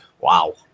Wow